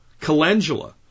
calendula